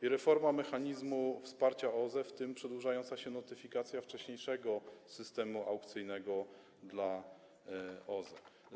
i reformę mechanizmu wsparcia OZE, w tym przedłużającą się notyfikację wcześniejszego systemu aukcyjnego dla OZE.